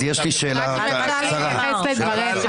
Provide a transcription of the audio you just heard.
אני רוצה להתייחס לדבריך.